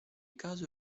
caso